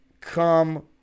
come